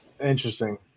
Interesting